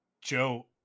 joe